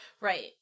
Right